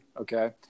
okay